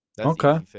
Okay